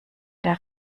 der